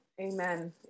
amen